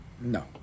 No